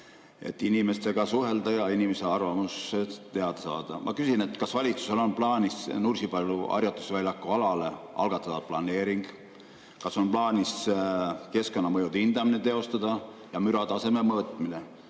et inimestega suhelda ja inimeste arvamus teada saada. Ma küsin, kas valitsusel on plaanis Nursipalu harjutusväljaku alale algatada planeering. Kas on plaanis keskkonnamõjude hindamine teostada ja mõõta ka mürataset?